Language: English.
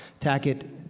Tackett